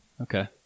Okay